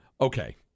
Okay